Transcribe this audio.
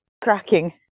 cracking